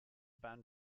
ban